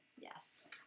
Yes